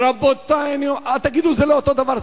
רבותי, תגידו: זה לא אותו הדבר.